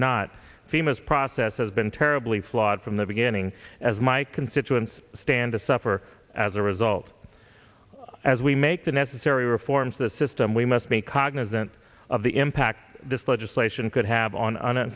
not famous process has been terribly flawed from the beginning as my constituents stand to suffer as a result as we make the necessary reforms to the system we must be cognizant of the impact this legislation could have on